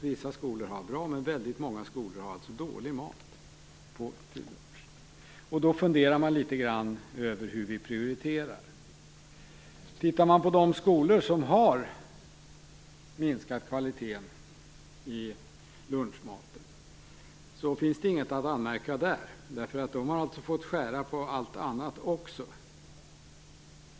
Vissa skolor har bra mat, men väldigt många skolor har dålig mat till lunch. Då funderar man litet grand över hur vi prioriterar. Man kan inte anmärka på de skolor som har minskat kvaliteten på lunchmaten, eftersom de fått skära ned på allt annat också.